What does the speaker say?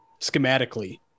schematically